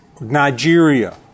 Nigeria